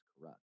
corrupt